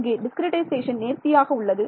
இங்கே டிஸ்கிரிட்டைசேஷன் நேர்த்தியாக உள்ளது